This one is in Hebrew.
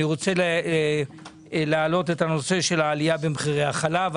אני רוצה להעלות את נושא העלייה במחירי החלב.